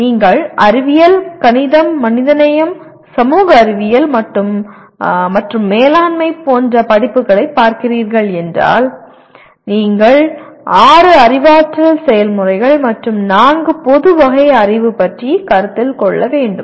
எனவே நீங்கள் அறிவியல் கணிதம் மனிதநேயம் சமூக அறிவியல் மற்றும் மேலாண்மை போன்ற படிப்புகளைப் பார்க்கிறீர்கள் என்றால் நீங்கள் ஆறு அறிவாற்றல் செயல்முறைகள் மற்றும் நான்கு பொது வகை அறிவு பற்றி கருத்தில்கொள்ள வேண்டும்